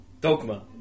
Dogma